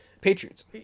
Patriots